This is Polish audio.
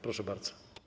Proszę bardzo.